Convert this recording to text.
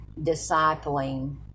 discipling